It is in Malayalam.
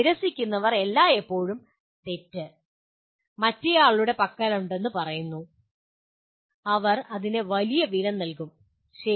നിരസിക്കുന്നവർ എല്ലായ്പ്പോഴും തെറ്റ് മറ്റേയാളുടെ പക്കലുണ്ടെന്ന് പറയുന്നു അവർ അതിന് വലിയ വില നൽകും ശരി